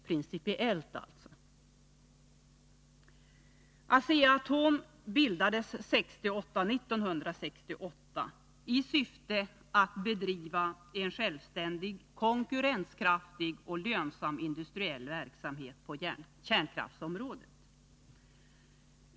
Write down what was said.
Asea-Atom bildades 1968 med syftet att bedriva en självständig, konkurrenskraftig och lönsam industriell verksamhet på kärnkraftsområdet.